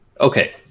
okay